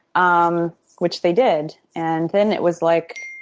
um which they did. and then it was like,